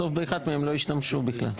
בסוף, באחד מהם לא השתמשו בכלל.